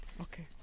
Okay